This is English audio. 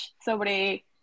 sobre